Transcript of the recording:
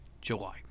July